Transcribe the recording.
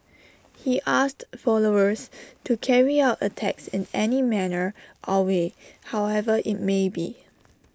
he asked followers to carry out attacks in any manner or way however IT may be